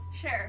Sure